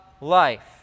life